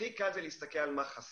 הכי קל זה להסתכל על מה שחסר,